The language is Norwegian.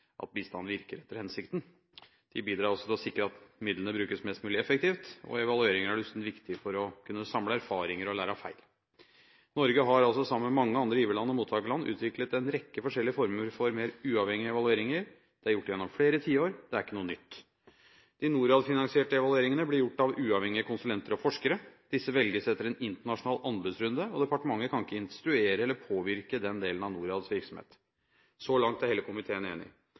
kunne samle erfaringer og lære av feil. Norge har altså – sammen med mange andre giverland og mottakerland – utviklet en rekke forskjellige former for mer uavhengige evalueringer. Dette er gjort gjennom flere tiår. Det er ikke noe nytt. De NORAD-finansierte evalueringene blir gjort av uavhengige konsulenter og forskere. Disse velges etter en internasjonal anbudsrunde. Departementet kan ikke instruere eller påvirke denne delen av NORADs virksomhet. Så langt er hele komiteen enig.